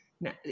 now